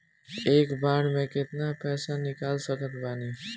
एक बेर मे केतना पैसा निकाल सकत बानी?